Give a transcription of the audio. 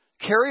carry